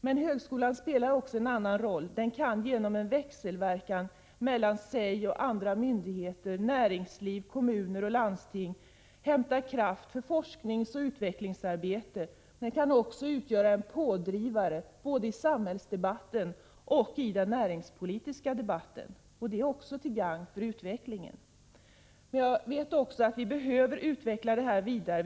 Men högskolan spelar också en annan roll. Genom en växelverkan mellan högskolan och andra myndigheter, näringsliv, kommuner och landsting, kan den hämta kraft för forskningsoch utvecklingsarbete. Den kan även vara en 161 pådrivare, både i samhällsdebatten och i den näringspolitiska debatten. Det är också till gagn för utvecklingen. Vi behöver utveckla vidare.